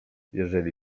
jeżeli